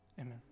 amen